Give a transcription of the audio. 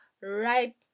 right